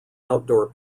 outdoor